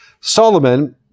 Solomon